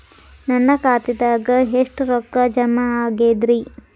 ನನ್ನ ಖಾತೆದಾಗ ಎಷ್ಟ ರೊಕ್ಕಾ ಜಮಾ ಆಗೇದ್ರಿ?